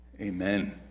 Amen